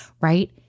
right